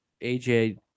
AJ